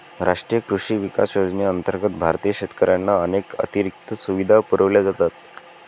राष्ट्रीय कृषी विकास योजनेअंतर्गत भारतीय शेतकऱ्यांना अनेक अतिरिक्त सुविधा पुरवल्या जातात